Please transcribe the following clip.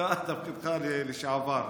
תפקידך לשעבר.